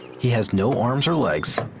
he has no arms or legs,